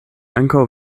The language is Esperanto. ankaŭ